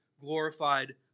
glorified